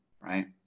right